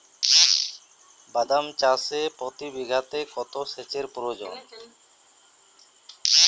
বাদাম চাষে প্রতি বিঘাতে কত সেচের প্রয়োজন?